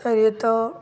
तर येतं